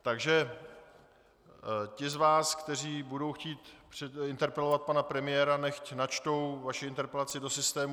Takže ti z vás, kteří budou chtít interpelovat pana premiéra, nechť načtou svoji interpelaci do systému.